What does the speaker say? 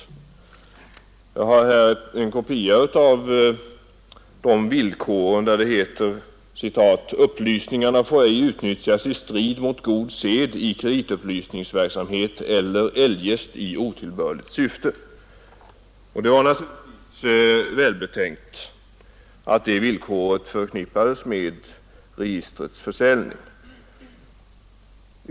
Jag har här en kopia av villkoren. Där står: ”Upplysningarna få ej utnyttjas i strid mot god sed i kreditupplysningsverksamhet eller eljest i otillbörligt syfte.” Det var naturligtvis välbetänkt att det villkoret förknippades med registrets försäljning.